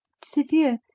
severe.